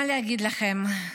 מה להגיד לכם?